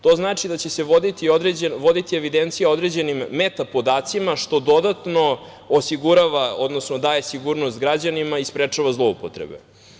To znači da će se voditi evidencija o određenim meta podacima, što dodatno osigurava, odnosno daje sigurnost građanima i sprečava zloupotrebe.